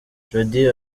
jody